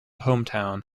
hometown